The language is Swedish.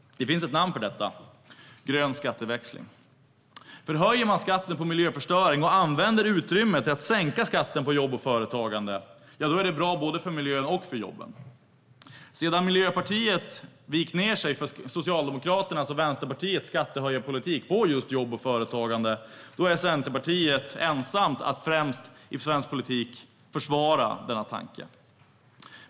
Det finns ett namn för detta: grön skatteväxling. Höjer man skatten på miljöförstöring och använder utrymmet till att sänka skatten på jobb och företagande är det bra både för miljön och för jobben. Sedan Miljöpartiet vikt ned sig för Socialdemokraternas och Vänsterpartiets skattehöjarpolitik på just jobb och företagande är Centerpartiet ensamt i svensk politik om att försvara denna tanke.